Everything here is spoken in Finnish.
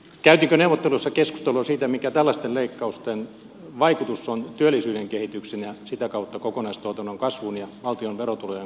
käytiinkö neuvotteluissa keskustelua siitä mikä tällaisten leikkausten vaikutus on työllisyyden kehitykseen ja sitä kautta kokonaistuotannon kasvuun ja valtion verotulojen kasvuun